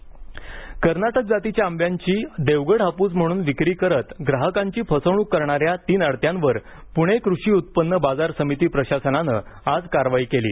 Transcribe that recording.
आंबा फसवणक कर्नाटक जातीच्या आंब्याची देवगड हापूस म्हणून विक्री करत ग्राहकांची फसवणूक करणाऱ्या तीन अडत्यांवर प्णे कृषी उत्पन्न बाजार समिती प्रशासनानं आज कारवाई केली